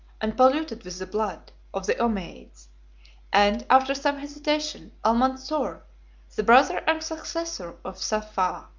and polluted with the blood, of the ommiades and, after some hesitation, almansor, the brother and successor of saffah,